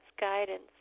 guidance